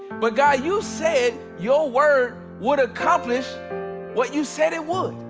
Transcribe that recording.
but god, you said your word would accomplish what you said it would.